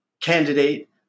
candidate